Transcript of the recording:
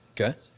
Okay